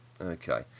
Okay